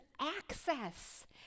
access